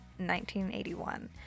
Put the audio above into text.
1981